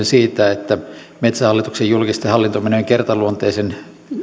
siitä että metsähallituksen julkisten hallintomenojen kertaluonteinen